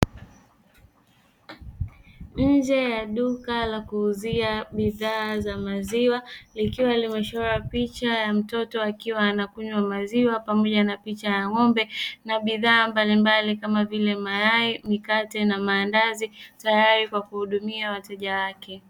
Nje ya duka la kuuzia bidhaa za maziwa likiwa limechorwa picha ya mtoto akiwa anakunywa maziwa pamoja na picha ya ng'ombe na bidhaa mbalimbali, kama vile: mayai, mikate na maandazi; tayari kwa kuwahudumia wateja wake.